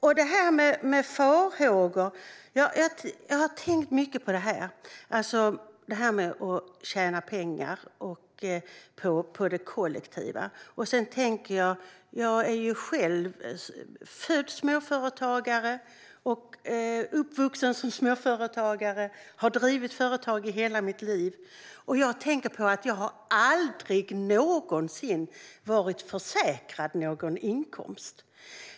Sedan gäller det farhågor. Ja, jag har tänkt mycket på det här med att tjäna pengar på det kollektiva. Jag är själv född småföretagare och uppvuxen som småföretagare. Jag har drivit företag i hela mitt liv, och jag tänker på att jag aldrig någonsin har varit försäkrad någon inkomst.